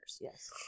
Yes